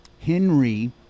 Henry